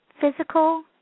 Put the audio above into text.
physical